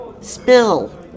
spill